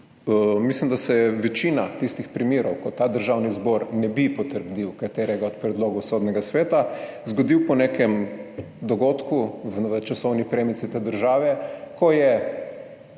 Mislim, da se je večina tistih primerov, ko Državni zbor ne bi potrdil katerega od predlogov Sodnega sveta, zgodila po nekem dogodku v časovni premici te države, ko je